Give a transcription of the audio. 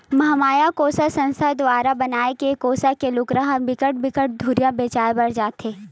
महमाया कोसा संस्था दुवारा बनाए गे कोसा के लुगरा ह बिकट बिकट दुरिहा बेचाय बर जाथे